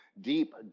deep